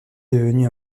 devenu